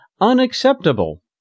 unacceptable